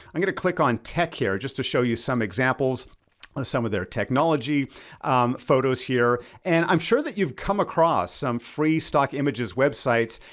i'm gonna click on tech here, just to show you some examples of some of their technology photos here, and i'm sure that you've come across some free stock images websites,